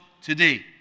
today